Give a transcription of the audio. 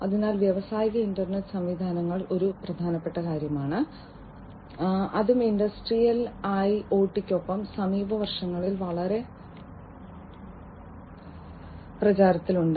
അതിനാൽ വ്യാവസായിക ഇന്റർനെറ്റ് സംവിധാനങ്ങൾ ഒരു കാര്യമാണ് അതും ഇൻഡസ്ട്രിയൽ ഐഒടിയ്ക്കൊപ്പം സമീപ വർഷങ്ങളിൽ വളരെ പ്രചാരത്തിലുണ്ട്